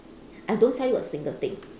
I don't sell you a single thing